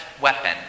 weapon